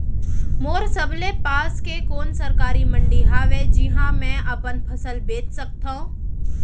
मोर सबले पास के कोन सरकारी मंडी हावे जिहां मैं अपन फसल बेच सकथव?